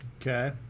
Okay